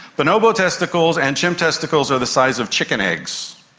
bonobo testicles and chimp testicles are the size of chicken eggs,